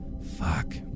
fuck